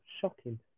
shocking